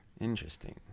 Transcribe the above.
Interesting